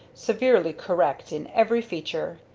severely correct in every feature,